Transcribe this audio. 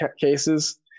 cases